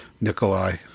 Nikolai